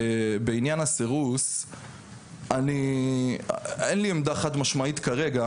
שבעניין הסירוס אין לי עמדה חד משמעית כרגע